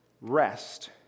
Rest